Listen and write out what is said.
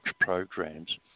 programs